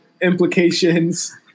implications